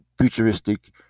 futuristic